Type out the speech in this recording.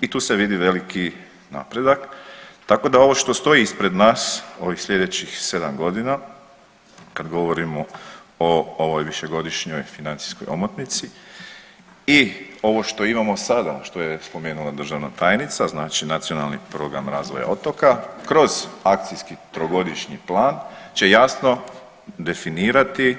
I tu se vidi veliki napredak, tako da ovo što stoji ispred nas, ovih sljedećih 7 godina kad govorimo o ovoj višegodišnjoj financijskoj omotnici i ovo što imamo sada što je spomenula državna tajnica, znači Nacionalni program razvoja otoka kroz akcijski trogodišnji plan će jasno definirati